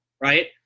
right